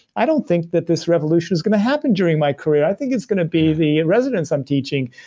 i don't think that this revolution is going to happen during my career. i think it's going to be the and residents i'm teaching.